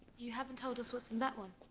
you haven't told us what's in that one.